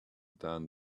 than